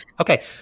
Okay